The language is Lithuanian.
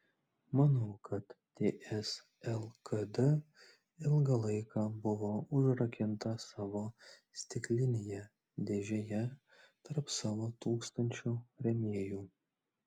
manau kad ts lkd ilgą laiką buvo užrakinta savo stiklinėje dėžėje tarp savo tūkstančių rėmėjų